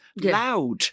loud